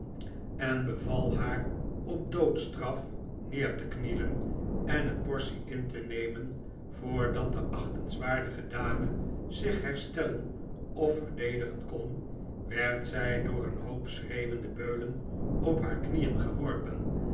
en beval haar op doodstraf neer te knielen en een portie in te nemen voordat de achtenswaardige dame zich herstellen of verdedigen kon werd zij door een hoop schreeuwende beulen op haar knien geworpen